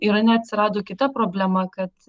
irane atsirado kita problema kad